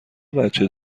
بچه